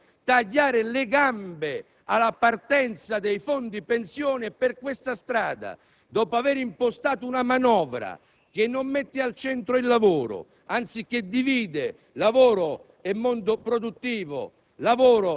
se poi si decide di mandare il TFR al fondo presso l'INPS, e si calcola di costituire un fondo pari a 6 miliardi di euro, il che significa, di fatto,